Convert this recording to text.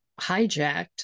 hijacked